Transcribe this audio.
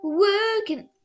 working